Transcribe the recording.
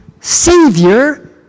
savior